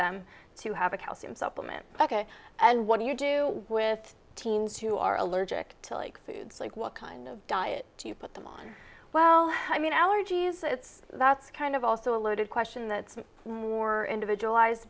them to have a calcium supplement and what do you do with teens who are allergic to like foods like what kind of diet do you put them on well i mean allergies it's that's kind of also a loaded question that's more individualized